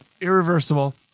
irreversible